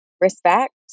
Respect